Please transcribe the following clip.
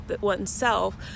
oneself